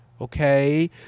Okay